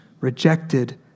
rejected